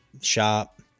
shop